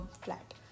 flat